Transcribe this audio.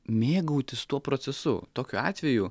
mėgautis tuo procesu tokiu atveju